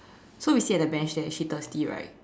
so we sit at the bench there she thirsty right